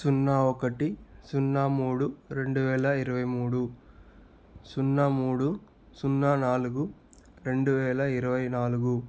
సున్నా ఒకటి సున్నా మూడు రెండు వేల ఇరవై మూడు సున్నా మూడు సున్నా నాలుగు రెండు వేల ఇరవై నాలుగు